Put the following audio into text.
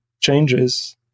changes